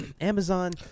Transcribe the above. Amazon